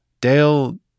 Dale